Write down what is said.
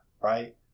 right